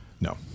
No